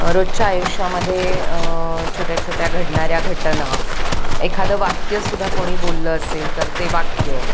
रोजच्या आयुष्यामध्ये छोट्या छोट्या घडणाऱ्या घटना एखादं वाक्यसुद्धा कोणी बोललं असेल तर ते वाक्य